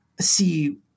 see